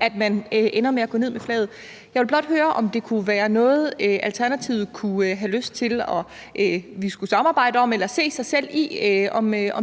at man ender med at gå ned med flaget. Jeg vil blot høre, om det kunne være noget, Alternativet kunne have lyst til at vi skulle samarbejde om. Kunne de se sig selv i